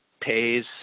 pays